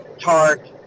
tart